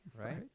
Right